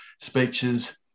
speeches